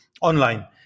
online